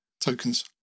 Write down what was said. tokens